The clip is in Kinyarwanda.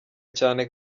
cyane